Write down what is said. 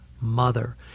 mother